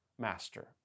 master